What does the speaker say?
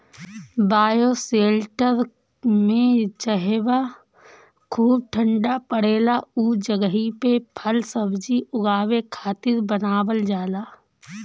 bioshelter में जहवा खूब ठण्डा पड़ेला उ जगही पे फल सब्जी उगावे खातिर बनावल जाला